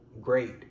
great